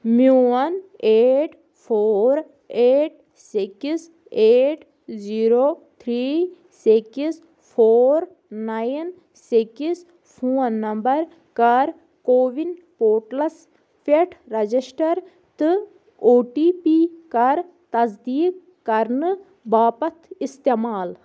میٛون eight four eight six eight zero three six four nine six phone number کَر CoWIN پورٹلس پٮ۪ٹھ register تہٕ او ٹی پی کَر تصدیٖق کَرنہٕ باپتھ اِستعمال